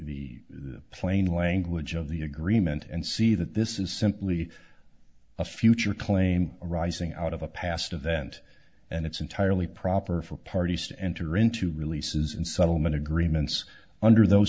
plain language of the agreement and see that this is simply a future claim arising out of a past event and it's entirely proper for parties to enter into releases and settlement agreements under those